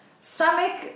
stomach